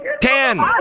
Ten